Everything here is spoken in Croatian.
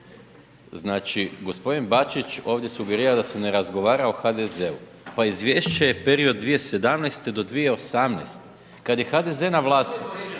Znači gospodin Bačić, ovdje sugerira da se ne razgovara o HDZ-u pa izvješće je period od 2017.-2018. kada je HDZ na vlasti.